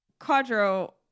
Quadro